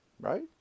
right